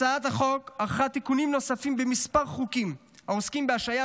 הצעת החוק ערכה תיקונים נוספים בכמה חוקים העוסקים בהשעיה